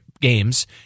games